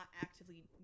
actively